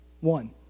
One